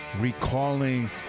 recalling